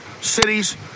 cities